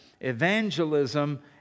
evangelism